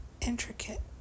intricate